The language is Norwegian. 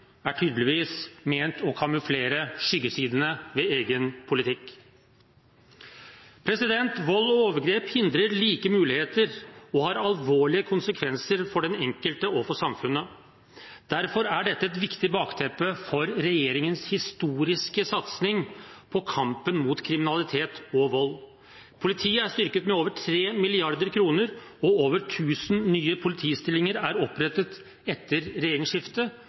er tydeligvis ment å kamuflere skyggesidene ved egen politikk. Vold og overgrep hindrer like muligheter og har alvorlige konsekvenser for den enkelte og for samfunnet. Derfor er dette et viktig bakteppe for regjeringens historiske satsing på kampen mot kriminalitet og vold. Politiet er styrket med over 3 mrd. kr, og over tusen nye politistillinger er opprettet etter regjeringsskiftet.